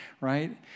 right